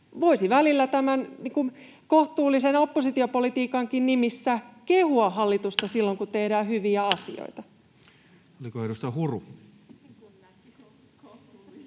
Voisi välillä, kohtuullisen oppositiopolitiikankin nimissä, kehua hallitusta silloin, kun tehdään hyviä asioita. Oliko edustaja Huru?